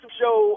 show